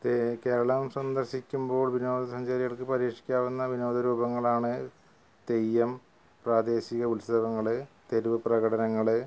കേ കേരളം സന്ദർശിക്കുമ്പോൾ വിനോദസഞ്ചാരികൾക്ക് പരീക്ഷിക്കാവുന്ന വിനോദരൂപങ്ങളാണ് തെയ്യം പ്രാദേശിക ഉത്സവങ്ങൾ തെരുവ് പ്രകടനങ്ങൾ